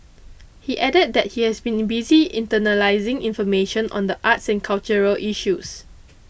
he added that he has been busy internalising information on the arts and cultural issues